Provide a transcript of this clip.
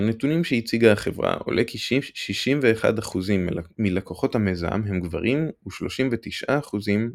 מהנתונים שהציגה החברה עולה כי 61% מלקוחות המיזם הם גברים ו-39% נשים.